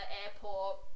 airport